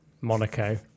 Monaco